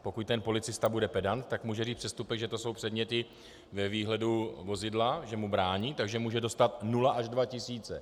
Pokud ten policista bude pedant, tak může říct, že přestupkem jsou předměty ve výhledu vozidla, že mu brání, takže může dostat nula až dva tisíce.